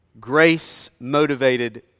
grace-motivated